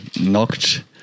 knocked